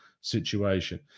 situation